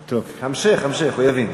המשך, המשך, הוא יבין.